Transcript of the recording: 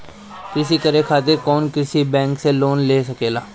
कृषी करे खातिर कउन किसान बैंक से लोन ले सकेला?